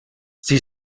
sie